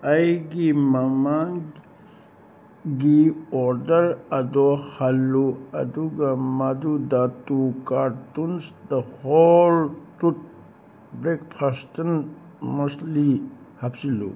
ꯑꯩꯒꯤ ꯃꯃꯥꯡꯒꯤ ꯑꯣꯔꯗꯔ ꯑꯗꯣ ꯍꯜꯂꯨ ꯑꯗꯨꯒ ꯃꯗꯨꯗ ꯇꯨ ꯀꯥꯔꯇꯨꯟꯁ ꯗ ꯍꯣꯜ ꯇ꯭ꯔꯨꯠ ꯕ꯭ꯔꯦꯛꯐꯥꯁꯇꯟ ꯃꯁꯂꯤ ꯍꯥꯞꯆꯤꯜꯂꯨ